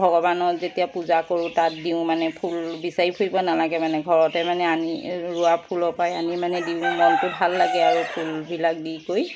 ভগৱানৰ যেতিয়া পূজা কৰোঁ তাত দিওঁ মানে ফুল বিচাৰি ফুৰিব নালাগে মানে ঘৰতে মানে আনি ৰোৱা ফুলৰ পাই আনি মানে দিওঁ মনটো ভাল লাগে আৰু ফুলবিলাক দি কৰি